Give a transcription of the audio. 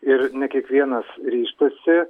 ir ne kiekvienas ryžtasi